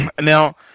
now